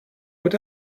what